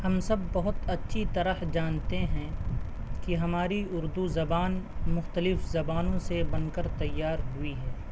ہم سب بہت اچھی طرح جانتے ہیں کہ ہماری اردو زبان مختلف زبانوں سے بن کر تیار ہوئی ہے